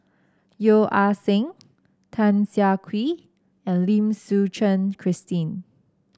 Yeo Ah Seng Tan Siah Kwee and Lim Suchen Christine